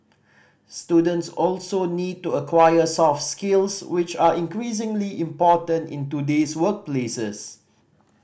students also need to acquire soft skills which are increasingly important in today's workplaces